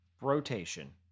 Rotation